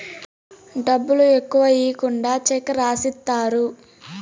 డబ్బులు ఎక్కువ ఈకుండా చెక్ రాసిత్తారు